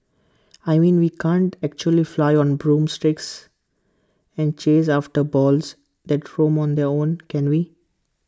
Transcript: I mean we can't actually fly on broomsticks and chase after balls that roam on their own can we